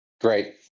Great